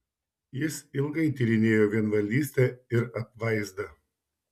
jis ilgai tyrinėjo vienvaldystę ir apvaizdą